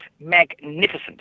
magnificent